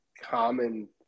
common